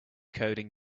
coding